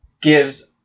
gives